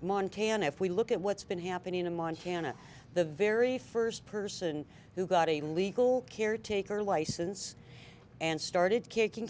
one can if we look at what's been happening in montana the very first person who got a legal caretaker license and started kicking